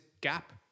gap